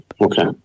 okay